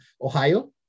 Ohio